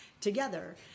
together